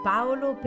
Paolo